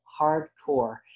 hardcore